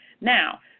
Now